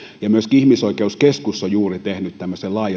tasolta myöskin ihmisoikeuskeskus on juuri tehnyt laajan